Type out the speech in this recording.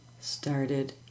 started